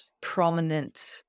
prominent